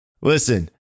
Listen